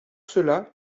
cela